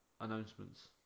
announcements